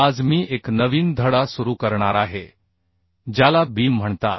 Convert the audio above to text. आज मी एक नवीन धडा सुरू करणार आहे ज्याला बीम म्हणतात